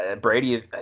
Brady